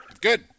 Good